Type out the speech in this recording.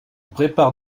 prépare